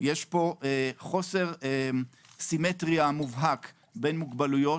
יש פה חוסר סימטריה מובהק בין מוגבלויות.